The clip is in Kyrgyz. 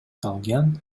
калган